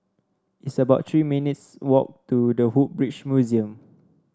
it's about Three minutes' walk to The Woodbridge Museum